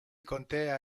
contea